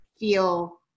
feel